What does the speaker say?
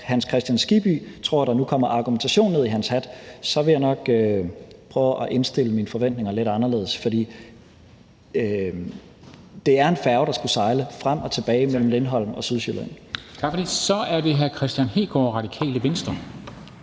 Hans Kristian Skibby tror, at der nu kommer argumentation ned i hans hat, vil jeg nok prøve at indstille mine forventninger lidt anderledes, for det er en færge, der skulle sejle frem og tilbage mellem Lindholm og Sydsjælland. Kl. 14:17 Formanden (Henrik